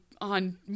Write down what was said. on